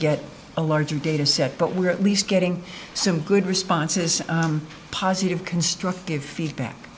get a larger data set but we're at least getting some good responses positive constructive feedback